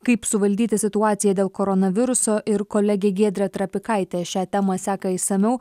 kaip suvaldyti situaciją dėl koronaviruso ir kolegė giedrė trapikaitė šią temą seka išsamiau